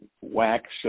wax